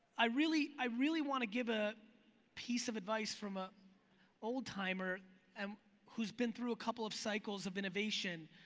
i really, i really want to give a piece of advice from an ah old-timer um who's been through a couple of cycles of innovation.